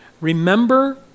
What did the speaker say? remember